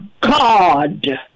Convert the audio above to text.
God